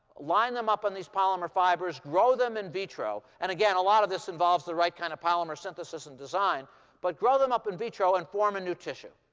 line them up on these polymer fibers, grow them in vitro and again, a lot of this involves the right kind of polymer synthesis and design but grow them up in vitro and form a new tissue?